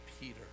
Peter